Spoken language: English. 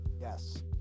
Yes